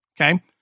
Okay